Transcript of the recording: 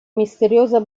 misteriosa